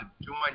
join